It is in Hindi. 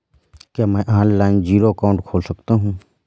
क्या मैं ऑनलाइन जीरो अकाउंट खोल सकता हूँ?